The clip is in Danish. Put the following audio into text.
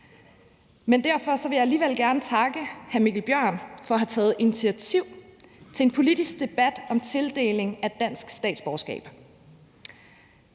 Men derfor vil jeg alligevel gerne takke hr. Mikkel Bjørn for at have taget initiativ til en politisk debat om tildeling af dansk statsborgerskab.